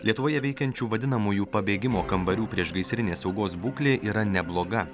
lietuvoje veikiančių vadinamųjų pabėgimo kambarių priešgaisrinės saugos būklė yra nebloga